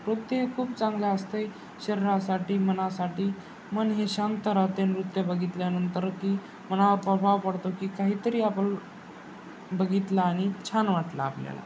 नृत्य खूप चांगलं असतं आहे शरीरासाठी मनासाठी मन हे शांत राहते नृत्य बघितल्यानंतर की मनावर प्रभाव पडतो की काहीतरी आपण बघितलं आणि छान वाटलं आपल्याला